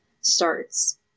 starts